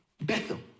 Bethel